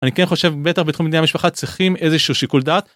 אני כן חושב בטח בתחום דיני המשפחה צריכים איזשהו שיקול דעת.